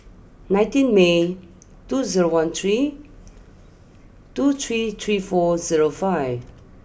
nineteen May two zero one three two three three four zero five